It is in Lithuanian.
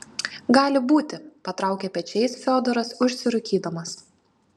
gali būti patraukė pečiais fiodoras užsirūkydamas